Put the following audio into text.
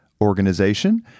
organization